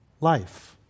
life